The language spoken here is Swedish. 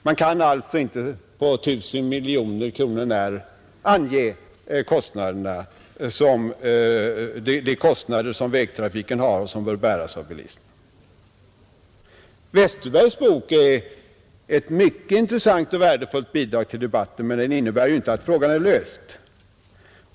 Man kan alltså inte på 1 000 miljoner kronor när ange de kostnader som vägtrafiken har och som bör bäras av bilismen, Westerbergs bok är ett mycket intressant och värdefullt bidrag till debatten, men den innebär ju inte att frågan är löst.